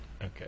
Okay